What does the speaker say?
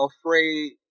afraid